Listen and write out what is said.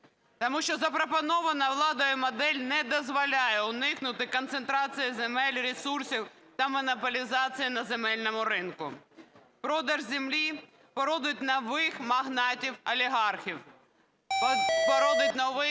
Тому що запропонована владою модель не дозволяє уникнути концентрації земель, ресурсів та монополізації на земельному ринку. Продаж землі породить нових магнатів-олігархів, породить нових